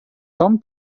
tom